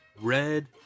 red